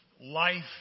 life